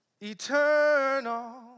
Eternal